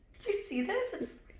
do you see this?